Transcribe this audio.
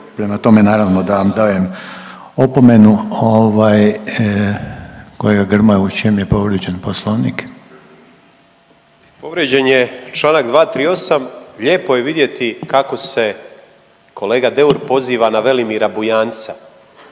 prema tome naravno da vam dajem opomenu. Ovaj kolega Grmoja u čem je povrijeđen Poslovnik? **Grmoja, Nikola (MOST)** Povrijeđen je Članak 238., lijepo je vidjeti kako se kolega Deur poziva na Velimira Bujanca.